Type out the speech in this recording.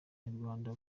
nyarwanda